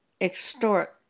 extort